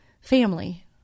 family